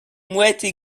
mouettes